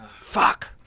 Fuck